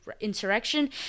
insurrection